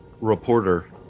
Reporter